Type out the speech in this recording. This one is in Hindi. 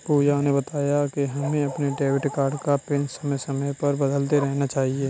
पूजा ने बताया कि हमें अपने डेबिट कार्ड का पिन समय समय पर बदलते रहना चाहिए